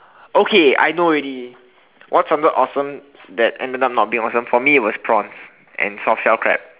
okay I know already what sounded awesome that ended up not being awesome for me it was prawn and soft shell crab